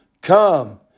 Come